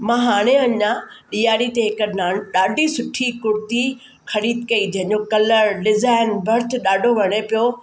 मां हाणे अञा ॾियारी ते हिकु न ॾाढी सुठी कुर्ती ख़रीदु कई जंहिंजो कलर डिज़ाइन बर्थ ॾाढो वणे पियो